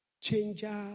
changer